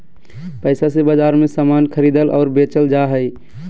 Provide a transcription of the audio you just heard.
पैसा से बाजार मे समान खरीदल और बेचल जा हय